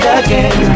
again